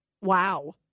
Wow